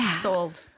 sold